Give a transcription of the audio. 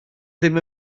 ddim